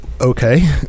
Okay